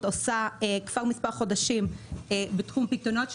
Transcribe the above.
עושה כבר מספר חודשים בתחום פיקדונות.